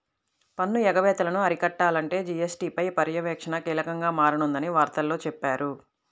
పన్ను ఎగవేతలను అరికట్టాలంటే జీ.ఎస్.టీ పై పర్యవేక్షణ కీలకంగా మారనుందని వార్తల్లో చెప్పారు